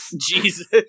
Jesus